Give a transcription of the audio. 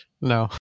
No